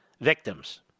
Victims